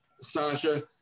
Sasha